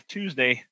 Tuesday